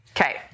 Okay